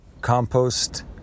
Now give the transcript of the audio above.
compost